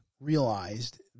realized